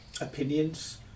opinions